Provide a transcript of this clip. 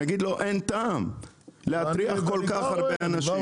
נגיד לו שאין טעם להטריח כל כך הרבה אנשים.